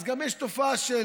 ואז גם יש תופעה של